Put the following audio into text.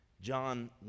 John